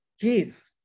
give